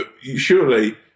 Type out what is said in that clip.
surely